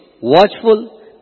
watchful